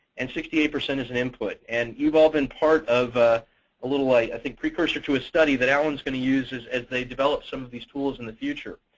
and sixty eight percent as an input. and you've all been part of a little, like i think, precursor to a study that alan's going to use as they develop some of these tools in the future.